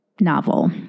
novel